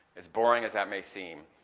as boring as that may seem.